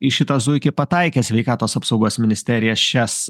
į šitą zuikį pataikė sveikatos apsaugos ministerija šias